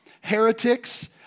heretics